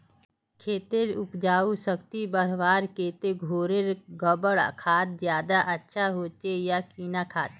खेतेर उपजाऊ शक्ति बढ़वार केते घोरेर गबर खाद ज्यादा अच्छा होचे या किना खाद?